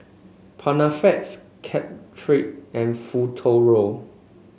Panaflex Caltrate and Futuro